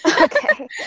Okay